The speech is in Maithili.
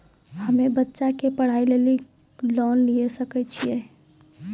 हम्मे बच्चा के पढ़ाई लेली लोन लिये सकय छियै?